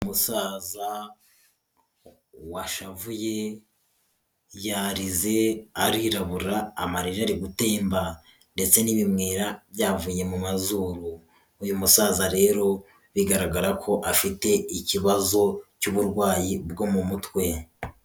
Umusaza washavuye yarize arirabura amarira ari gutemba ndetse n'ibimyira byavuye mu mazuru uyu musaza rero bigaragara ko afite ikibazo cy'uburwayi bwo mu mutwe.